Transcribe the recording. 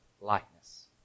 likeness